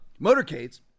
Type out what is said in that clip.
motorcades